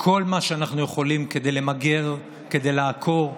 כל מה שאנחנו יכולים כדי למגר, כדי לעקור,